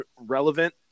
relevant